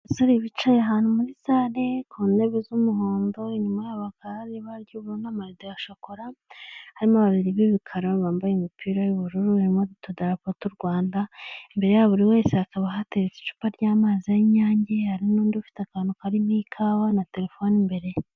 Abasore bicaye ahantu muri sale ku ntebe z'umuhondo inyuma yabo hakaba hari ibara ry'ubururu n'amarido ya shokora, harimo babiri b'ibikara bambaye imipira y'ubururu harimo n'ududarapo tu Rwanda, imbere ya buri wese hakaba hateretse icupa ry'amazi y'INYANGE hari n'undi ufite akantu karimo ikawa na telefone imbere ye.